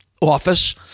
office